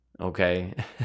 okay